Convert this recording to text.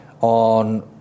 on